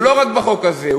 הוא לא רק בחוק הזה,